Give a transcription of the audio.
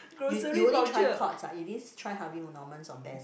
you you only try Courts ah you didn't try Harvey Norman or Best